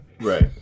right